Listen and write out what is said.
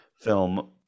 film